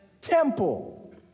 temple